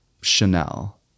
Chanel